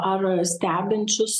ar stebinčius